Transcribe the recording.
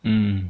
嗯